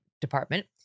Department